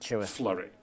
flurry